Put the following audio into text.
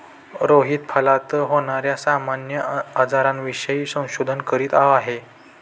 रोहित फळात होणार्या सामान्य आजारांविषयी संशोधन करीत आहे